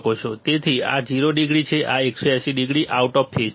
તેથી આ 0 ડિગ્રી છે આ 180 ડિગ્રી આઉટ ઓફ ફેઝ છે